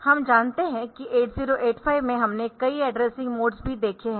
हम जानते है कि 8085 में हमने कई एड्रेसिंग मोड्स भी देखे है